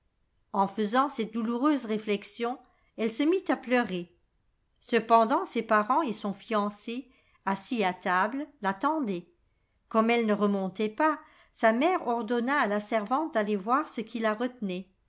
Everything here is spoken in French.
en faisant cette douloureuse réflexion elle se mit à pleurer cependant ses parents et son fiancé assis à table l'attendaient comme elle ne remontait pas sa mère ordonna à la servante d'aller voir ce qui la retenait